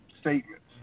statements